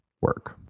work